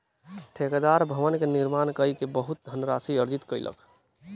ठेकेदार भवन के निर्माण कय के बहुत धनराशि अर्जित कयलक